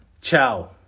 ciao